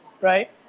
Right